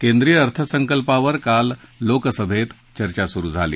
केंद्रीय अर्थसंकल्पावर काल लोकसभेत चर्चा सुरु झाली